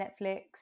Netflix